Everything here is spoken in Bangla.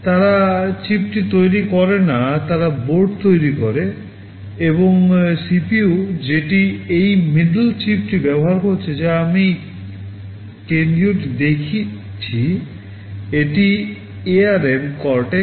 তারা চিপটি তৈরি করে না তারা বোর্ড তৈরি করে এবং CPU যেটি এই মিডল চিপটি ব্যবহার করছে যা এখানে দেখানো হয়েছে এটি ARM Cortex M4